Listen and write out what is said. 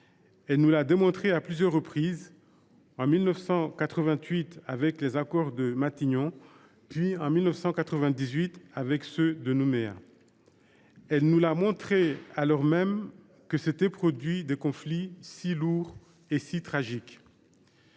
Elle nous l’a démontré à plusieurs reprises : en 1988 avec les accords de Matignon, puis en 1998 avec ceux de Nouméa. Elle nous l’a montré alors même que s’étaient produits des conflits si lourds et si tragiques.